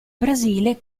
brasile